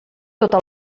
tota